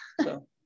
so-